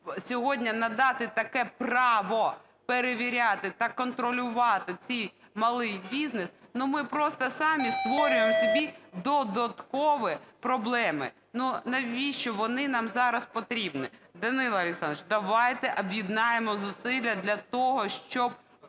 сьогодні надати таке право перевіряти та контролювати цей малий бізнес – ну ми просто самі створюємо собі додаткові проблеми. Ну навіщо вони нам зараз потрібні? Данило Олександрович, давайте об'єднаємо зусилля для того, щоб